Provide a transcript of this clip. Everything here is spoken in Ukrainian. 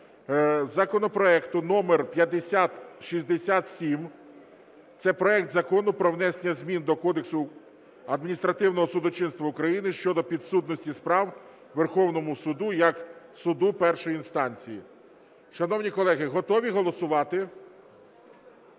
законопроекту номер 5067. Це проект Закону про внесення змін до Кодексу адміністративного судочинства України щодо підсудності справ Верховному Суду як суду першої інстанції. Шановні колеги, готові голосувати?